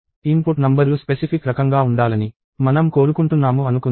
input నంబర్లు specific రకంగా ఉండాలని మనం కోరుకుంటున్నాము అనుకుందాం